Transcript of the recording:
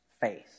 faith